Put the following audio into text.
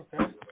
Okay